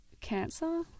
Cancer